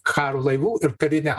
karo laivų ir karinę